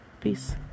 Peace